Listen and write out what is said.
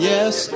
Yes